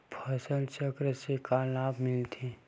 फसल चक्र से का लाभ मिलथे?